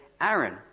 Aaron